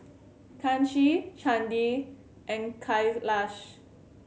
Kanshi Chandi and Kailash